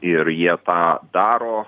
ir jie tą daro